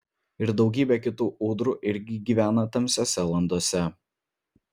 ir daugybė kitų ūdrų irgi gyvena tamsiose landose